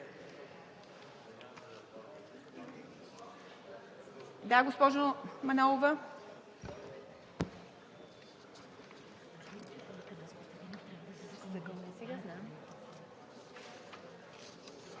Да, госпожо Манолова.